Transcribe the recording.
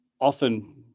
often